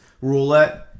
roulette